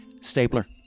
Stapler